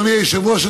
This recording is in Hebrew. אדוני היושב-ראש,